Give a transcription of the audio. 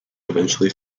eventually